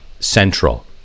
Central